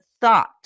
thought